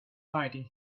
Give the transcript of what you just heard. fighting